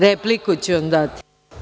Repliku ću vam dati.